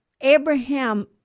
Abraham